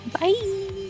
Bye